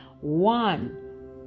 One